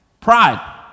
pride